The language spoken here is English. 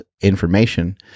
information